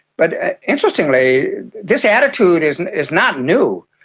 but interestingly this attitude is and is not new.